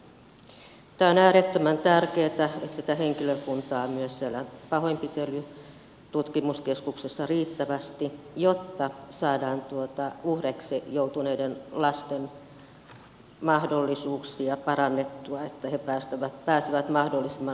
tämä on äärettömän tärkeätä että sitä henkilökuntaa on myös siellä pahoinpitelytutkimuskeskuksessa riittävästi jotta saadaan uhreiksi joutuneiden lasten mahdollisuuksia parannettua että he pääsevät mahdollisimman nopeasti tutkimuksiin